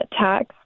tax